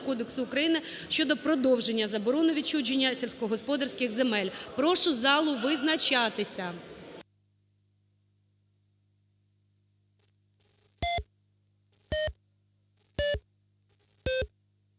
кодексу України щодо продовження заборони відчуження сільськогосподарських земель. Прошу залу визначатися.